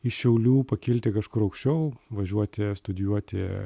iš šiaulių pakilti kažkur aukščiau važiuoti studijuoti